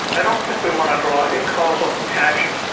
i don't think we want to draw a causal connection.